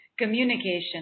communication